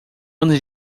anos